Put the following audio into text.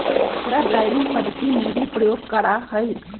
अकरा ड्राइविंग पद्धति में भी प्रयोग करा हई